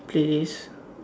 playlist